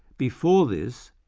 before this,